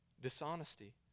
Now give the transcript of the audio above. dishonesty